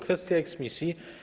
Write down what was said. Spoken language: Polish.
Kwestia eksmisji.